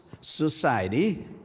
society